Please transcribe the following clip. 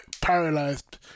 paralyzed